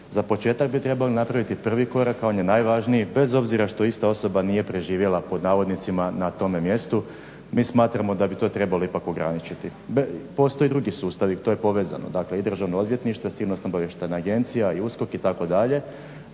za početak bi trebali napraviti prvi korak, a on je najvažniji bez obzira što ista osoba nije preživjela pod navodnicima na tome mjestu. Mi smatramo da bi to trebalo ipak ograničiti. Postoje drugi sustavi, to je povezano. Dakle i Državno odvjetništvo i Sigurnosno-obavještajna agencija i USKO itd.